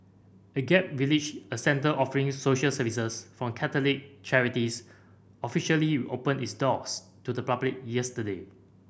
Agape Village a centre offering social services from Catholic charities officially opened its doors to the public yesterday